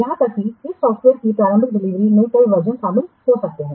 यहां तक कि इस सॉफ़्टवेयर की प्रारंभिक डिलीवरी में कई वर्जनशामिल हो सकते हैं